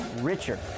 richer